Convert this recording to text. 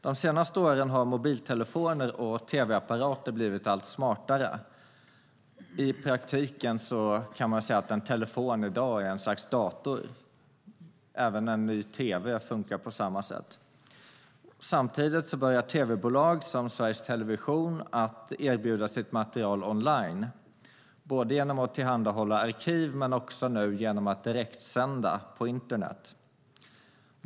De senaste åren har mobiltelefoner och tv-apparater blivit allt smartare. I praktiken kan man säga att en telefon i dag är ett slags dator. Även en ny tv funkar på samma sätt. Samtidigt börjar tv-bolag, till exempel Sveriges Television, att erbjuda sitt material online genom att tillhandahålla arkiv och genom att direktsända på internet.